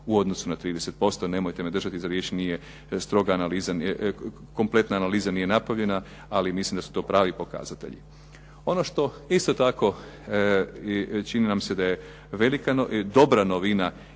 u odnosu na 30% Nemojte me držati za riječ, nije stroga analiza, kompletna analiza nije napravljena, ali mislim da su to pravi pokazatelji. Ono što isto tako čini nam se da je dobra novina i